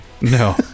No